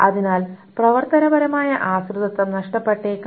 അതിനാൽ പ്രവർത്തനപരമായ ആശ്രിതത്വം നഷ്ടപ്പെട്ടേക്കാം